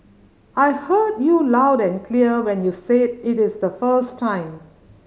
I heard you loud and clear when you said it the first time